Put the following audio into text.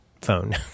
phone